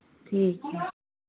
ठीक है